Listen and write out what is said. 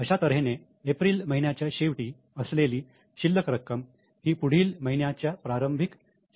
अशा तऱ्हेने एप्रिल महिन्याच्या शेवटी असलेली शिल्लक रक्कम ही पुढील महिन्याची प्रारंभिक शिल्लक रक्कम होते